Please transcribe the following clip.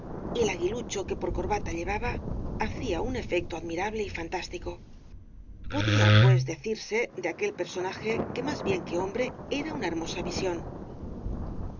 el aguilucho que por corbata llevaba hacía un efecto admirable y fantástico podía pues decirse de aquel personaje que más bien que hombre era una hermosa visión